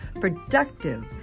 productive